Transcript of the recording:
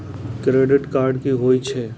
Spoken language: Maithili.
क्रेडिट कार्ड की होय छै?